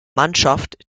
mannschaft